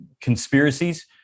conspiracies